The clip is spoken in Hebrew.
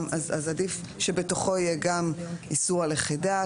אז עדיף שבתוכו יהיה גם איסור על לכידה,